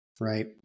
right